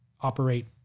operate